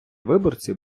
виборці